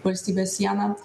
valstybės sieną